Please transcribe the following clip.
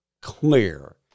clear